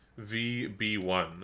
VB1